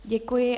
Děkuji.